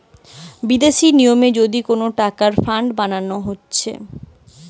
বিদেশি নিয়মে যদি কোন টাকার ফান্ড বানানো হতিছে